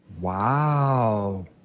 Wow